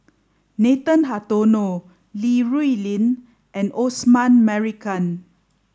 Nathan Hartono Li Rulin and Osman Merican